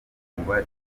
ifungwa